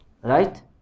Right